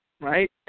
Right